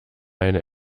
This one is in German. eine